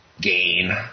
gain